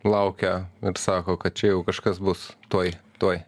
laukia ir sako kad čia jau kažkas bus tuoj tuoj